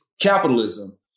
capitalism